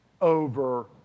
over